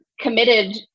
committed